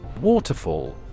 Waterfall